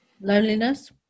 loneliness